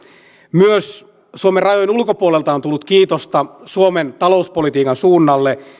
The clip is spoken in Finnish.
myös suomen rajojen ulkopuolelta on tullut kiitosta suomen talouspolitiikan suunnalle